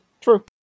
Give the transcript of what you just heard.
True